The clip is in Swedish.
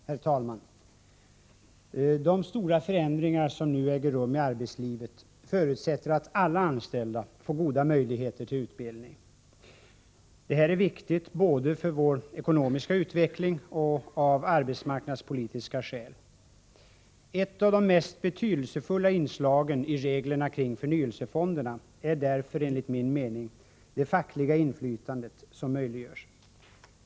Herr talman! De stora förändringar som nu äger rum i arbetslivet förutsätter att alla anställda får goda möjligheter till utbildning. Detta är viktigt både för vår ekonomiska utveckling och av arbetsmarknadspolitiska skäl. Ett av de mest betydelsefulla inslagen i reglerna kring förnyelsefonderna är därför enligt min mening det fackliga inflytande som möjliggörs.